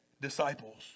disciples